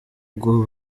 ubwo